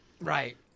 right